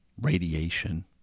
radiation